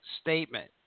statement